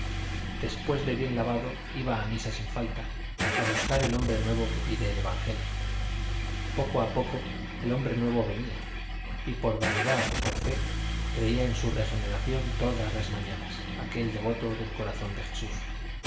después de bien lavado iba a misa sin falta a buscar el hombre nuevo que pide el evangelio poco a poco el hombre nuevo venía y por vanidad o por fe creía en su regeneración todas las mañanas aquel devoto del corazón de jesús